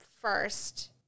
first